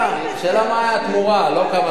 השאלה היא מהי התמורה, לא כמה זה עלה.